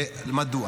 מדוע?